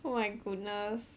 oh my goodness